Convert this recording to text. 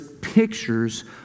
pictures